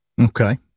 Okay